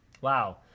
Wow